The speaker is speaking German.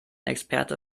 experte